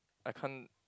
I can't